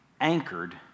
anchored